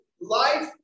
life